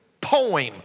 poem